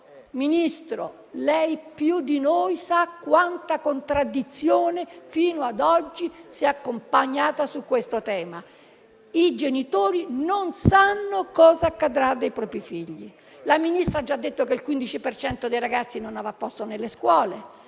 Ministro, lei più di noi sa quante contraddizioni fino ad oggi hanno accompagnato questo tema. I genitori non sanno cosa accadrà dei propri figli. Il Ministro ha già detto che il 15 per cento dei ragazzi non avrà posto nelle scuole;